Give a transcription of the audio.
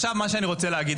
עכשיו מה שאני רוצה להגיד.